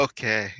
Okay